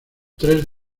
tres